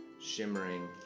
shimmering